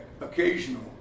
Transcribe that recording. occasional